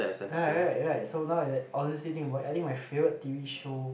ya right right so now is it all this thing I think my favourite t_v show